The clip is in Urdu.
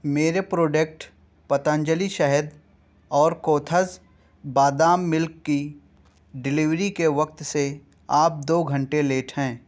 میرے پروڈکٹ پتنجلی شہد اور کوتھز بادام ملک کی ڈلیوری کے وقت سے آپ دو گھنٹے لیٹ ہیں